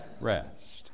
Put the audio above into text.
Rest